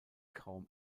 kaum